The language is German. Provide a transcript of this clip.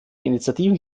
initiativen